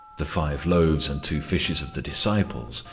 the five loaves and two fishes of the disciples,